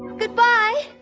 goodbye!